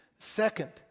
Second